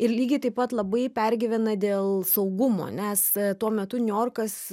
ir lygiai taip pat labai pergyvena dėl saugumo nes tuo metu niujorkas